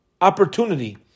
opportunity